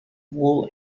wool